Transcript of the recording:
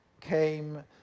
came